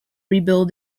rebuild